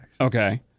Okay